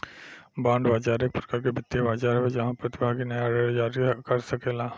bond बाजार एक प्रकार के वित्तीय बाजार हवे जाहवा प्रतिभागी नाया ऋण जारी कर सकेला